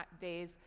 days